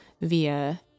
via